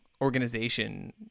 organization